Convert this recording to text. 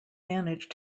manage